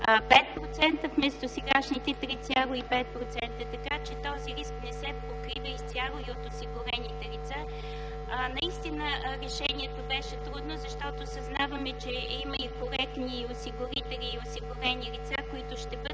4,5% вместо сегашните 3,5%. Така че, този риск не се покрива изцяло и от осигурените лица. Наистина решението беше трудно, защото съзнаваме, че има и коректни осигурители и осигурени лица, които ще бъдат